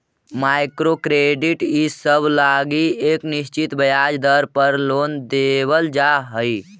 micro credit इसब लगी एक निश्चित ब्याज दर पर लोन देवल जा हई